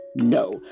No